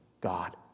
God